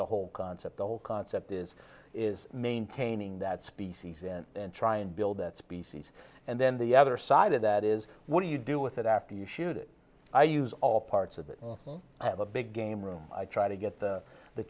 the whole concept the whole concept is is maintaining that species in and try and build that species and then the other side of that is what do you do with it after you shoot it i use all parts of it i have a big game room i try to get the the